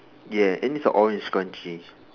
ya and it's an orange scrunchy